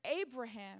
Abraham